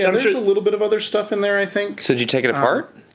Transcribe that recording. yeah there's a little bit of other stuff in there, i think. so did you take it apart?